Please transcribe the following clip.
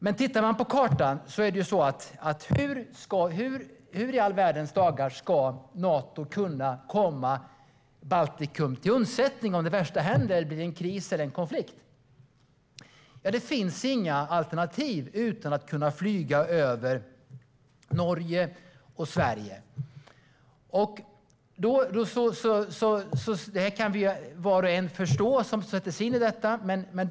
Med tanke på kartan kan man dock undra hur i all världen Nato ska kunna komma Baltikum till undsättning om det värsta händer, vid en kris eller i en konflikt. Det finns inga andra alternativ förutom att flyga över Norge och Sverige. Var och en som sätter sig in i det kan förstå det.